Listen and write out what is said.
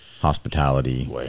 hospitality